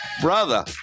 Brother